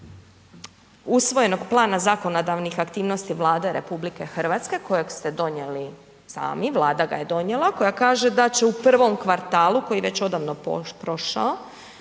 usvojenog plana zakonodavnih aktivnosti Vlade RH kojeg ste donijeli sami, Vlada ga je donijela koja kaže da će u prvom kvartalu, koji je već odavno prošao,